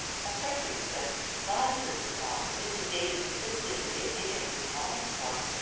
her friend expressed surprise at the remark, and mrs. davis insisted that the opinion was an honest one.